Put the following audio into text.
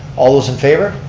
all those in favor?